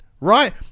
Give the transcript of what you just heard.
right